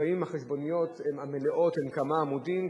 לפעמים החשבוניות המלאות הן כמה עמודים.